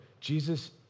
Jesus